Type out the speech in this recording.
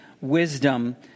Wisdom